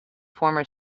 former